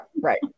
right